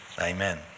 Amen